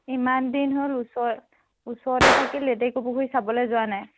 ইমান দিন হ'ল ওচৰত ওচৰতে থাকি লেটকু পুখুৰী চাবলৈ যোৱা নাই